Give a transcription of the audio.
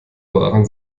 waren